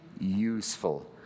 useful